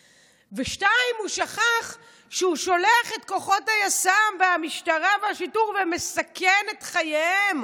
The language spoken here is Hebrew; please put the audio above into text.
2. הוא שכח שהוא שולח את כוחות היס"מ והמשטרה והשיטור ומסכן את חייהם,